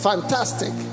Fantastic